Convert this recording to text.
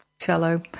cello